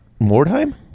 Mordheim